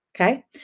okay